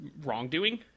wrongdoing